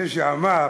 זה שאמר: